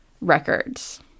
records